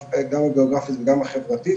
הגיאוגרפית וגם החברתית